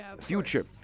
future